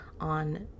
on